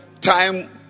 time